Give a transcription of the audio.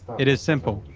it is simple,